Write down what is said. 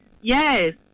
yes